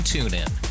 TuneIn